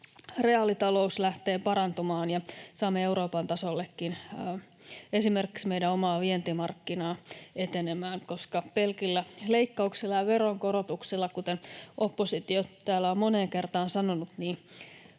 reaalitalous lähtee parantumaan ja saamme Euroopan tasollekin esimerkiksi meidän omaa vientimarkkinaa etenemään, koska pelkillä leikkauksilla ja veronkorotuksilla, kuten oppositio täällä on moneen kertaan sanonut,